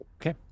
Okay